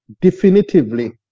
definitively